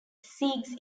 segues